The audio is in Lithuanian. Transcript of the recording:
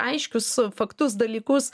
aiškius faktus dalykus